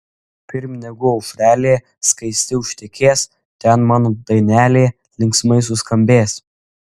pirm negu aušrelė skaisti užtekės ten mano dainelė linksmai suskambės